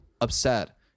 upset